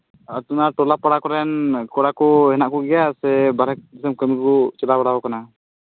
ᱱᱚᱣᱟ ᱴᱚᱞᱟ ᱯᱟᱲᱟ ᱠᱚᱨᱮᱱ ᱠᱚᱲᱟ ᱠᱚ ᱦᱮᱱᱟᱜ ᱠᱚᱜᱮᱭᱟ ᱥᱮ ᱵᱟᱦᱨᱮ ᱫᱤᱥᱚᱢ ᱠᱟᱹᱢᱤ ᱠᱚ ᱪᱟᱞᱟᱣ ᱵᱟᱲᱟ ᱠᱟᱱᱟ